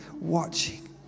watching